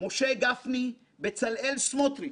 משה גפני ובצלאל סמוטריץ